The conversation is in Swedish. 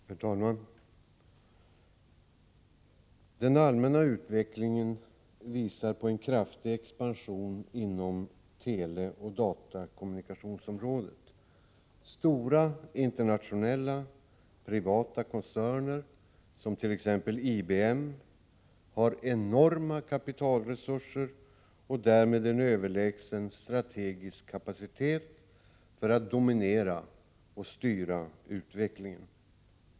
Herr talman! Den allmänna utvecklingen uppvisar en kraftig expansion inom teleoch datakommunikationsområdet. Stora internationella privata koncerner, t.ex. IBM, har enorma kapitalresurser och därmed en överlägsen strategisk kapacitet för att dominera och styra utvecklingen.